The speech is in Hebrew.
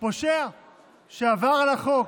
פושע שעבר על החוק.